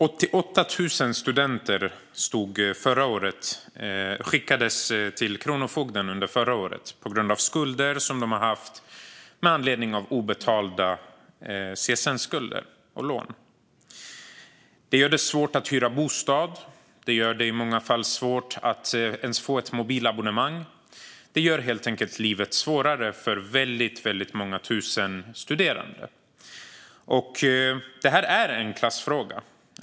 88 000 studenter med skulder skickades under förra året till kronofogden. Det var på grund av obetalda CSN-lån. Det gör det svårt att hyra bostad, och det gör det i många fall svårt att ens få ett mobilabonnemang. Det gör helt enkelt livet svårare för många tusen studerande. Det här är en klassfråga.